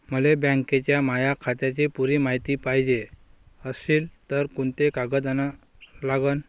मले बँकेच्या माया खात्याची पुरी मायती पायजे अशील तर कुंते कागद अन लागन?